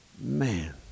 Man